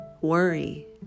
worry